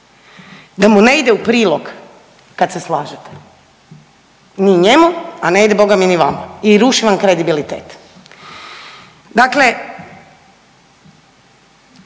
da mu ne ide u prilog kad se slažete, ni njemu, a ne ide Boga mi ni vama i ruši vam kredibilitet. Dakle